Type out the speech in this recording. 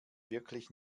wirklich